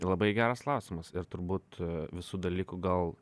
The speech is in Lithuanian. labai geras klausimas ir turbūt visų dalykų gal